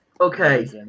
Okay